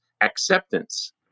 acceptance